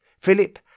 Philip